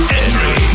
entry